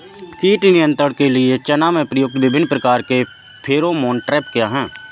कीट नियंत्रण के लिए चना में प्रयुक्त विभिन्न प्रकार के फेरोमोन ट्रैप क्या है?